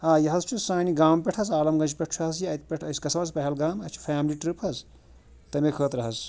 آ یہِ حظ چھُ سانہِ گامہٕ پٮ۪ٹھ حظ عالم گَنجہِ پٮ۪ٹھ چھُ حظ یہِ اَتہِ پٮ۪ٹھ أسۍ گژھو حظ پہلگام اَسہِ چھِ فیملی ٹرٛپ حظ تَمے خٲطرٕ حظ